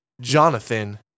Jonathan